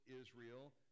Israel